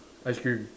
ice cream